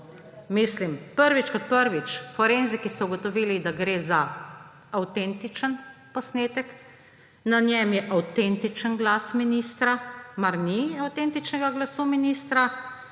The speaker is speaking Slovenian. no! Prvič kot prvič, forenziki so ugotovili, da gre za avtentičen posnetek. Na njem je avtentičen glas ministra. Mar ni avtentičnega glasu ministra?